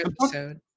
episode